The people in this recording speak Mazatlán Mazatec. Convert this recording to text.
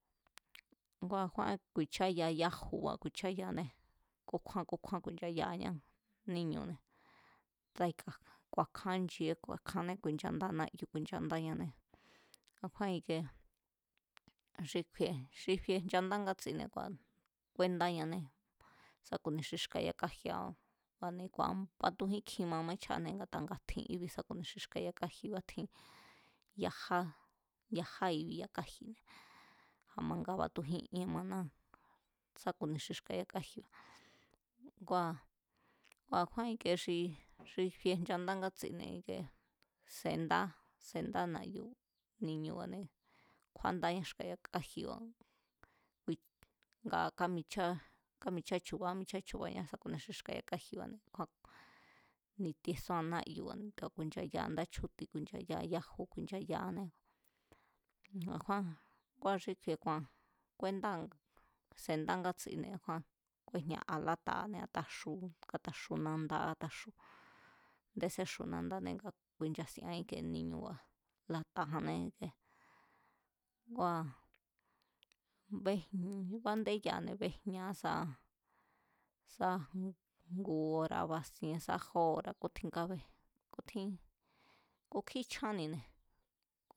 Ngua̱ kjuán ku̱i̱cháyaa yájuba̱ ku̱i̱cháyaanée̱, kúkjúá kúkjúá ku̱i̱nchayaa̱ níñu̱ne̱, tai̱ka̱, ku̱a̱kjaán che̱é ku̱a̱kjaanée̱ ku̱i̱nchandáa náyu̱ ku̱i̱nchandáñané, a̱kjúán ikie, xi kju̱i̱e̱ xi fie nchanda ngatsine̱ kua̱ kúéndáñanée̱ sa ku̱ni xi xka̱ yakáji̱a̱ kua̱ ni̱ matujín kjin ma maíchjañanée̱ a̱ta nga tjin íbi̱ sá ku̱ni xi xka̱ yakáji̱ba̱ tjín yajá, yajá i̱bi̱ ya kaji̱ a̱ma nga matujín ien maná sá ku̱ni xi xka̱ yakaji̱ba̱, ngua̱ ngua̱ a̱kjúán xi ikie xi fie nchandá ngátsine̱ ikie sendá, sendá na̱yu̱ ni̱ñu̱ba̱ne̱, kjúandáñá xka̱ yakaji̱ba̱ nga kámicháá kamichá chu̱ba̱, kámichá chu̱ba̱na sa ku̱ni xi xka̱ ya káji̱ba̱ne̱ a̱kjúán ni̱tiesúan nayu̱ba̱ne̱, ku̱i̱nchayaa̱ ndá chjúti̱ ku̱i̱nchayaa̱ yaju ku̱i̱nchayaa̱anée̱, a̱kjúan, ngua̱ xi kju̱i̱e̱ ku̱a̱n kúéndáa̱, se̱ndá ngátsine̱ a̱kjúán kúejñ lata̱a̱ kataxu, kátaxu nandaá kataxu. A̱ndé séxu nandané ku̱i̱nchasienña íkie ni̱ñu̱ba̱ lata̱janné, ngua̱, bejn, bándéyane̱, béjñaá sá, sa ngu ora̱ basien sá jó ora̱ kútjín kabe, kútjín, kukjí chjannine̱